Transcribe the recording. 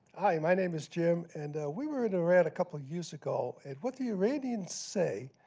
hi, my name is jim. and we were in iran a couple of years ago. and what the iranians say,